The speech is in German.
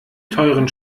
teuren